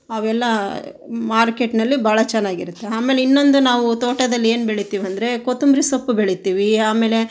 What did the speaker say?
ಅವೆಲ್ಲ ಮಾರ್ಕೆಟ್ನಲ್ಲಿ ಭಾಳ ಚೆನ್ನಾಗಿರುತ್ತೆ ಆಮೇಲೆ ಇನ್ನೊಂದು ನಾವು ತೋಟದಲ್ಲಿ ಏನು ಬೆಳಿತೀವ್ ಅಂದರೆ ಕೊತ್ತಂಬ್ರಿ ಸೊಪ್ಪು ಬೆಳಿತೀವಿ ಆಮೇಲೆ